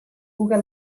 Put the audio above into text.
google